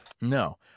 No